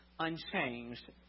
Unchanged